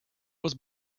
was